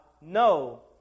no